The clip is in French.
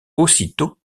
aussitôt